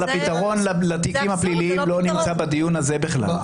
אבל הפתרון לתיקים הפליליים לא נמצא בדיון הזה בכלל.